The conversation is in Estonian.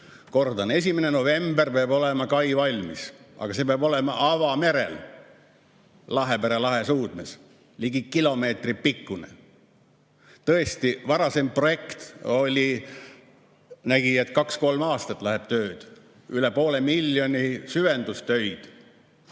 Kordan: 1. novembril peab olema kai valmis, aga see peab olema avamerel, Lahepere lahe suudmes, ligi kilomeetri pikkune. Tõesti, varasem projekt nägi ette, et kaks-kolm aastat läheb töö tegemiseks, üle poole miljoni eest süvendustöid